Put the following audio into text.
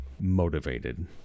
motivated